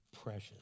precious